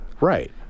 Right